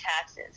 taxes